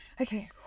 Okay